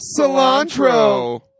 cilantro